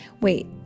wait